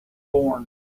born